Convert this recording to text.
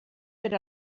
per